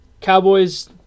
Cowboys